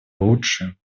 лучше